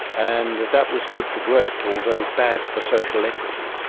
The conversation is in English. and that was good for growth although bad for social equity.